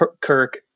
Kirk